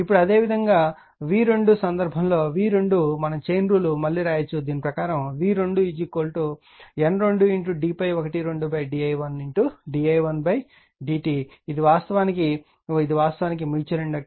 ఇప్పుడు అదేవిధంగా v2 సందర్భం లో v2 సందర్భం మనం చైన్ రూల్ మళ్ళీ వ్రాయవచ్చు దీని ప్రకారం v2 N 2d ∅12d i 1d i 1dt t ఇది వాస్తవానికి ఇది వాస్తవానికి మ్యూచువల్ ఇండక్టెన్స్